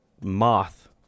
moth